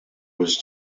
was